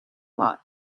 lot